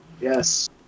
yes